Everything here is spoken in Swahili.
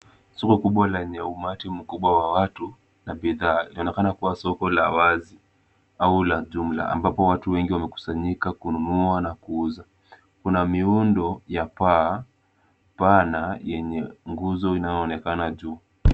Soko kubwa lenye umati mkubwa wa watu na bidhaa . Linaonekana kuwa soko la wazi au la jumla ambapo watu wengi wamekusanyika kununua na kuuza . Kuna miundo ya paa , paa na yenye nguzo inayoonekana juu.